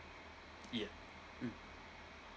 yeah mm